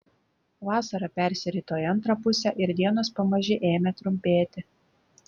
vasara persirito į antrą pusę ir dienos pamaži ėmė trumpėti